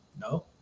no